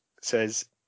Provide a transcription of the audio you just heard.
says